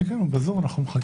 אני רוצה